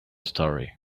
story